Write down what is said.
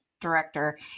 director